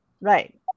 Right